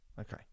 Okay